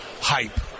hype